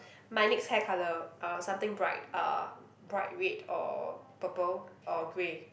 my next hair colour uh something bright uh bright red or purple or grey